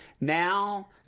now